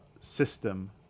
system